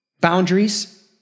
boundaries